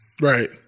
Right